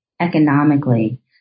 economically